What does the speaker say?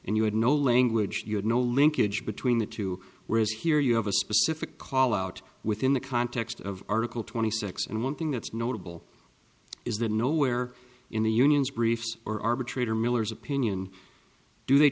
and you had no language you had no linkage between the two whereas here you have a specific call out within the context of article twenty six and one thing that's notable is that nowhere in the union's briefs or arbitrator miller's opinion do they